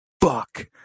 fuck